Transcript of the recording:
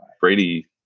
Brady